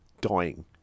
dying